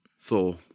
Thor